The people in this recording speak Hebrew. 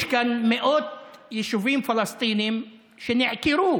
יש כאן מאות יישובים פלסטיניים שנעקרו